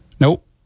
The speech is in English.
Nope